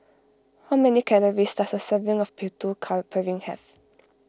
how many calories does a serving of Putu car Piring have